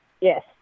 yes